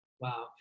Wow